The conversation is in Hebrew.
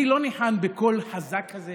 אני לא ניחן בקול חזק כזה